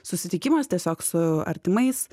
susitikimas tiesiog su artimais